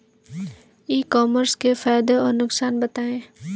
ई commerce के फायदे और नुकसान बताएँ?